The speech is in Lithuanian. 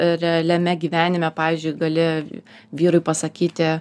realiame gyvenime pavyzdžiui gali vyrui pasakyti